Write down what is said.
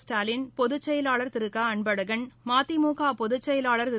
ஸ்டாலின் பொதுச்செயலாளர் திரு க அன்பழகன் மதிமுக பொதுச் செயலாள் திரு